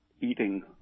eating